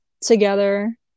together